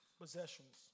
possessions